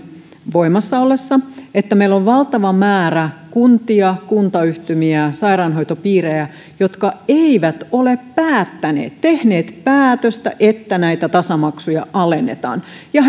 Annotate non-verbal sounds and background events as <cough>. voimassa ollessa että meillä on valtava määrä kuntia kuntayhtymiä ja sairaanhoitopiirejä jotka eivät ole päättäneet tehneet päätöstä että näitä tasamaksuja alennetaan ja <unintelligible>